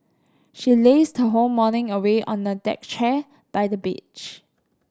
she lazed her whole morning away on a deck chair by the beach